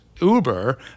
Uber